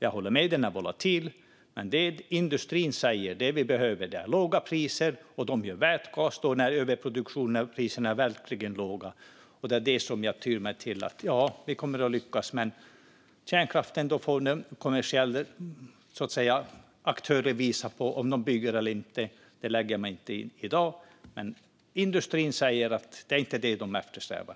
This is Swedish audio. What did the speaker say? Jag håller med om att den är volatil, men industrin säger att de behöver låga priser och att de gör vätgas vid överproduktion och låga priser. Jag tyr mig till det, och då kommer vi att lyckas. När det gäller kärnkraften får kommersiella aktörer visa om de bygger eller inte. Det lägger jag mig inte i i dag. Men industrin säger att det inte är det som de eftersträvar.